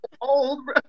Old